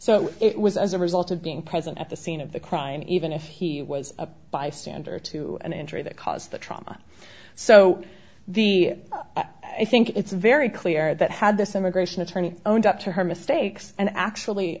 so it was as a result of being present at the scene of the crime even if he was a bystander to an injury that caused the trauma so the i think it's very clear that had this immigration attorney owned up to her mistakes and actually